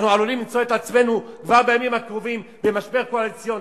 אנחנו עלולים למצוא את עצמנו כבר בימים הקרובים במשבר קואליציוני.